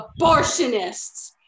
abortionists